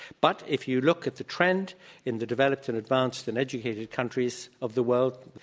but if you look at the trend in the developed and advanced and educated countries of the world,